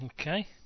Okay